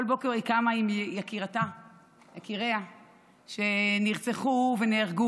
כל בוקר היא קמה עם יקיריה שנרצחו ונהרגו.